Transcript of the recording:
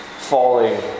falling